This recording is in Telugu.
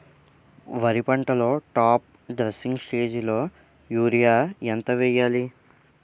వరి పంటలో టాప్ డ్రెస్సింగ్ స్టేజిలో యూరియా ఎంత వెయ్యాలి?